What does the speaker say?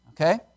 Okay